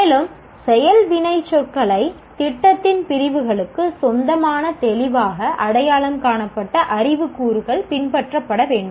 மேலும் செயல் வினைச்சொற்களை திட்டத்தின் பிரிவுகளுக்குச் சொந்தமான தெளிவாக அடையாளம் காணப்பட்ட அறிவு கூறுகள் பின்பற்றப்பட வேண்டும்